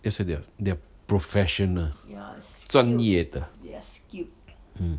that's why they are they are professional 专业的 mm